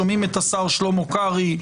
שומעים את השר שלמה קרעי,